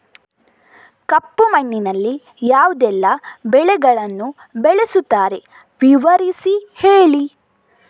ಕಪ್ಪು ಮಣ್ಣಿನಲ್ಲಿ ಯಾವುದೆಲ್ಲ ಬೆಳೆಗಳನ್ನು ಬೆಳೆಸುತ್ತಾರೆ ವಿವರಿಸಿ ಹೇಳಿ